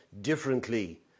differently